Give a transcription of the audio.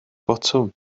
botwm